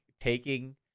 taking